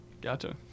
gotcha